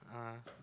(uh huh)